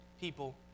people